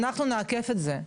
אנחנו נעכב את זה.